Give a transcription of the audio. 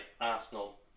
Arsenal